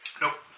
Nope